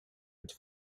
het